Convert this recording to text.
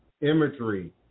imagery